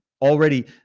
already